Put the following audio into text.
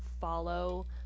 follow